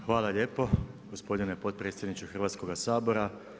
Hvala lijepo gospodine potpredsjedniče Hrvatskoga sabora.